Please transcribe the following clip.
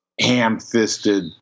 ham-fisted